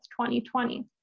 2020